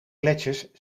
gletsjers